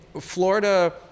Florida